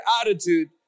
attitude